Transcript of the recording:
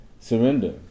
surrender